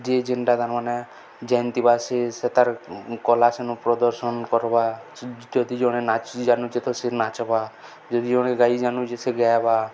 ଯେ ଯେନ୍ଟା ତାର୍ ମାନେ ଜାନିଥିବା ସେ ସେତାର୍ କଲା ସେନୁ ପ୍ରଦର୍ଶନ କର୍ବା ଯଦି ଜଣେ ନାଚି ଜାନୁଚେ ତ ସେ ନାଚ୍ବା ଯଦି ଜଣେ ଗାଇ ଜାନୁଚେ ସେ ଗାଏବା